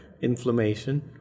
inflammation